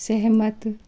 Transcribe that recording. सहमत